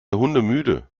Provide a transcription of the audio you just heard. hundemüde